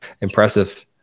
impressive